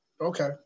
Okay